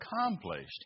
accomplished